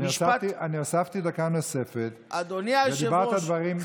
אני הוספתי דקה נוספת, ואמרת דברים חשובים.